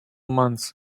months